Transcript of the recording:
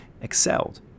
excelled